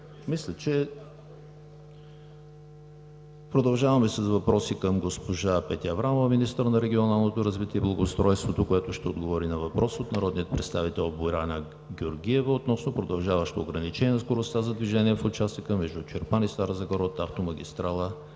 ХРИСТОВ: Продължаваме с въпроси към госпожа Петя Аврамова – министър на регионалното развитие и благоустройството, която ще отговори на въпрос от народния представител Боряна Георгиева относно продължаващо ограничение на скоростта за движение в участъка между Чирпан и Стара Загора от автомагистрала